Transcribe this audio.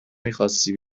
میخواستی